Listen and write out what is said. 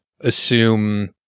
assume